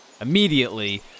immediately